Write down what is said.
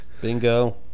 bingo